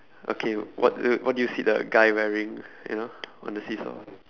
okay what d~ what do you see the guy wearing you know on the seesaw